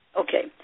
Okay